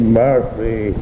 mercy